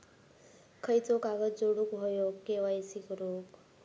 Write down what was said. खयचो कागद जोडुक होयो के.वाय.सी करूक?